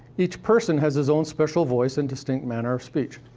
each person has his own special voice and distinct manner of speech.